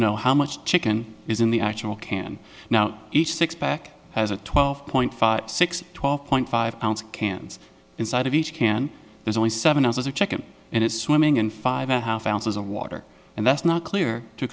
know how much taken is in the actual can now each sixpack has a twelve point five six twelve point five ounce cans inside of each can there's only seven ounces of chicken and it's swimming in five and half ounces of water and that's not clear to